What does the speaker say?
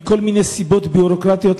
מכל מיני סיבות ביורוקרטיות,